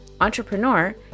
entrepreneur